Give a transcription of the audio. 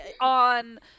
on